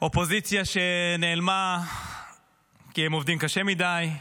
קואליציה שנעלמה כי הם עובדים קשה מדי,